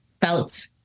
felt